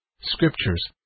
Scriptures